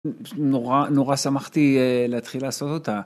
פשוט נורא נורא שמחתי להתחיל לעשות אותה.